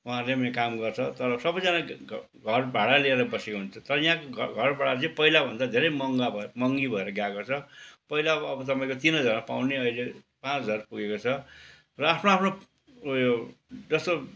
उहाँहरूले पनि यहाँ काम गर्छ तर सबैजना घर भाडा लिएर बसेको हुन्छ तर यहाँ घर भाडा चाहिँ पहिला भन्दा धेरै महँगो महँगी भएर गएको छ पहिला अब तपाईँको तिन हजारमा पाउने अब अहिले पाँच हजार पुगेको छ र आफ्नो आफ्नो उयो जस्तो